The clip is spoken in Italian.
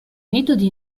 metodi